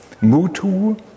Mutu